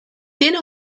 tiene